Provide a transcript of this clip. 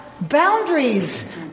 boundaries